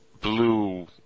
blue